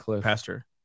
pastor